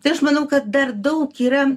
tai aš manau kad dar daug yra